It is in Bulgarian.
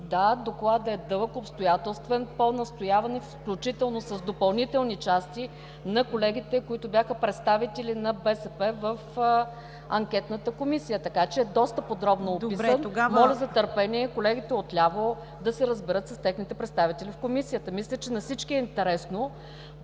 Да. Докладът е дълъг, обстоятелствен по настояване включително с допълнителни части на колегите, които бяха представители на БСП в анкетната комисия, така че доста подробно е описан. Моля за търпение, колегите от ляво да се разберат с техните представители в Комисията. Мисля, че на всички е интересно,